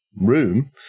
room